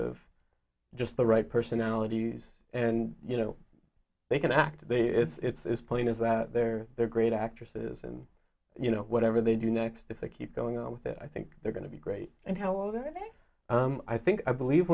of just the right personalities and you know they can act they it's as plain as that they're they're great actresses and you know whatever they do next if they keep going on with it i think they're going to be great and hello to me i think i believe